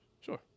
Sure